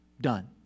Done